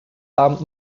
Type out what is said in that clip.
abend